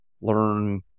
learn